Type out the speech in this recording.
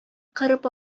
кырып